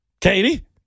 Katie